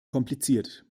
kompliziert